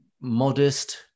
modest